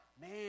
Man